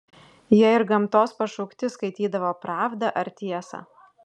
jie ir gamtos pašaukti skaitydavo pravdą ar tiesą